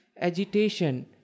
agitation